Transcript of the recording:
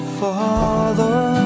father